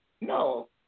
No